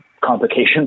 complications